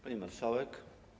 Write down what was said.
Pani Marszałek!